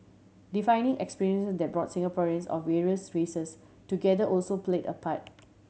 defining experiences that brought Singaporeans of various races together also played a part